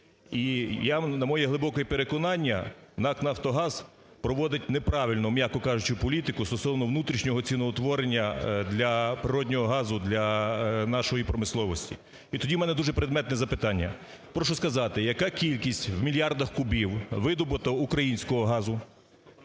на моє глибоке переконання НАК "Нафтогаз" проводить неправильну, м'яко кажучи, політику стосовно внутрішнього ціноутворення для природного газу для нашої промисловості. І тоді у мене дуже предметне запитання. Прошу сказати, яку кількість в мільярдах кубів видобуту українського газу?